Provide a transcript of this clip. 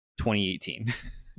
2018